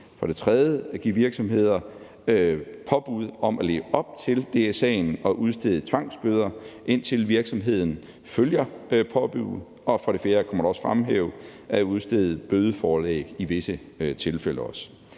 at påbyde virksomheder at leve op til DSA'en og udstede tvangsbøder, indtil virksomheden følger påbuddet, og for det fjerde at udstede bødeforlæg i visse tilfælde.